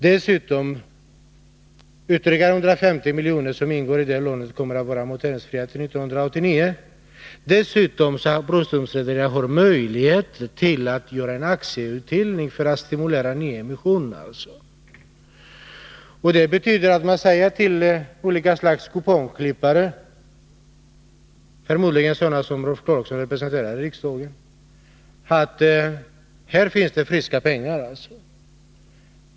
Dessutom får rederiet ytterligare 150 milj.kr., ett belopp som blir amorteringsfritt till 1989. Vidare får rederiet möjlighet till aktieutdelning för att stimulera till nyemissioner. Det betyder att man säger till olika kupongklippare, förmodligen sådana som Rolf Clarkson här i riksdagen representerar, att det finns friska pengar att hämta.